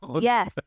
Yes